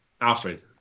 Alfred